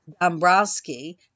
Dombrowski